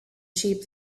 sheep